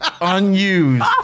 unused